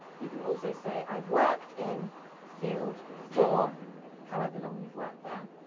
you can also say i've worked in field for however long you've worked there.